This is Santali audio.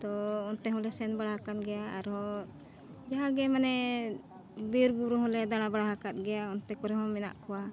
ᱛᱳ ᱚᱱᱛᱮ ᱦᱚᱸᱞᱮ ᱥᱮᱱ ᱵᱟᱲᱟ ᱟᱠᱟᱱ ᱜᱮᱭᱟ ᱟᱨᱦᱚᱸ ᱡᱟᱦᱟᱸ ᱜᱮ ᱢᱟᱱᱮ ᱵᱤᱨ ᱵᱩᱨᱩ ᱦᱚᱸᱞᱮ ᱫᱟᱬᱟ ᱵᱟᱲᱟ ᱟᱠᱟᱫ ᱜᱮᱭᱟ ᱚᱱᱛᱮ ᱠᱚᱨᱮ ᱦᱚᱸ ᱢᱮᱱᱟᱜ ᱠᱚᱣᱟ